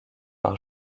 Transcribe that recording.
par